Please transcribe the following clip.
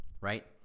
right